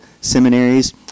seminaries